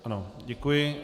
Ano, děkuji.